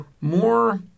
more